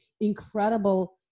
incredible